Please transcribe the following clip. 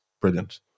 brilliant